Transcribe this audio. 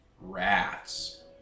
rats